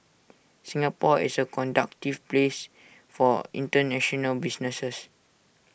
Singapore is A conductive place for International businesses